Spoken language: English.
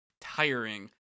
tiring